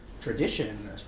tradition